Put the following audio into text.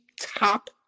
top